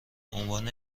عنوان